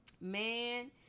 Man